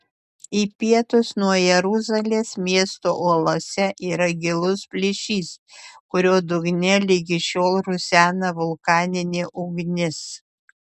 į pietus nuo jeruzalės miesto uolose yra gilus plyšys kurio dugne ligi šiol rusena vulkaninė ugnis